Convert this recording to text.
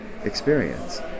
experience